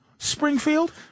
Springfield